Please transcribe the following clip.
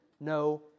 No